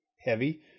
heavy